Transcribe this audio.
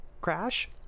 crash